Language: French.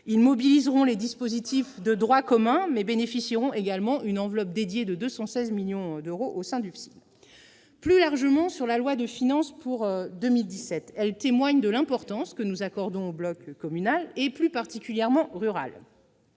Ils mobiliseront les dispositifs de droit commun, mais bénéficieront également d'une enveloppe dédiée de 216 millions d'euros au sein du FSIL. Plus largement, la loi de finances pour 2017 témoigne de l'importance que nous accordons au bloc communal, et plus particulièrement rural.